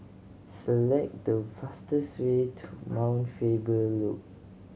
select the fastest way to Mount Faber Loop